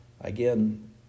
again